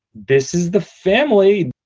this is the family.